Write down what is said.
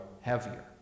heavier